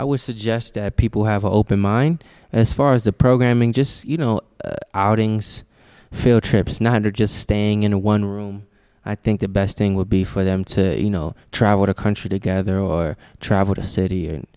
i would suggest people have open mind as far as the programming just you know outings field trips nine hundred just staying in a one room i think the best thing would be for them to you know travel the country together or travel to a city and